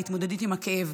בהתמודדות עם הכאב,